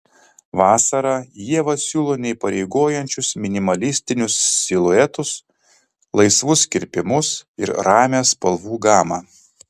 vasarą ieva siūlo neįpareigojančius minimalistinius siluetus laisvus kirpimus ir ramią spalvų gamą